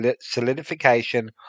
solidification